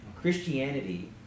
Christianity